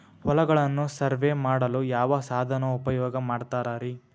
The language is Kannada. ಹೊಲಗಳನ್ನು ಸರ್ವೇ ಮಾಡಲು ಯಾವ ಸಾಧನ ಉಪಯೋಗ ಮಾಡ್ತಾರ ರಿ?